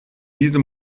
diese